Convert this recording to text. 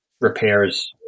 repairs